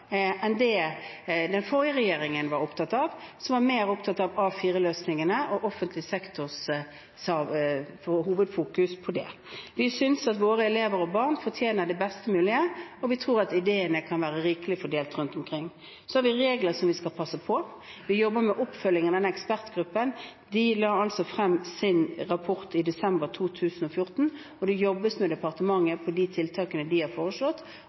enn det den forrige regjeringen gjorde, som var mer opptatt av A4-løsningene og offentlig sektors hovedfokus på det. Vi synes at våre elever og barn fortjener det best mulige, og vi tror at ideene kan være rikelig fordelt rundt omkring. Vi har regler å passe på. Vi jobber med oppfølgingen av ekspertgruppen, som la frem sin rapport i desember 2014. Det jobbes i departementet med de tiltakene som ble foreslått,